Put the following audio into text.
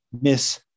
Miss